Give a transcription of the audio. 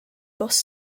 bus